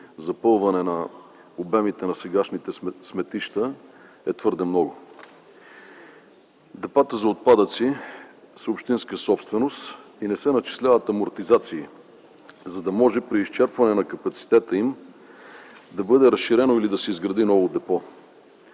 запълване на обемите на сегашните сметища е твърде много. Депата за отпадъци са общинска собственост и не се начисляват амортизации, за да може, при изчерпване на капацитета им, да бъде разширено или да се изгради ново депо.